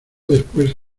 después